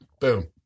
Boom